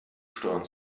steuern